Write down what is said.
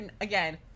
again